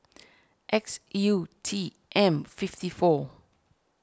X U T M fifty four